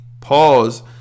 Pause